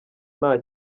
nta